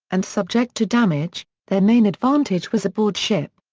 and subject to damage, their main advantage was aboard ship.